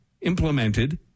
implemented